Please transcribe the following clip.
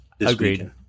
Agreed